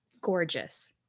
gorgeous